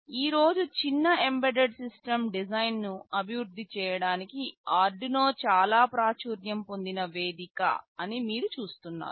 ఈ రోజు చిన్న ఎంబెడెడ్ సిస్టమ్ డిజైన్ను అభివృద్ధి చేయడానికి ఆర్డునో చాలా ప్రాచుర్యం పొందిన వేదిక అని మీరు చూస్తున్నారు